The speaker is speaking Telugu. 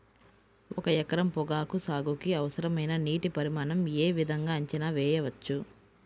ఒక ఎకరం పొగాకు సాగుకి అవసరమైన నీటి పరిమాణం యే విధంగా అంచనా వేయవచ్చు?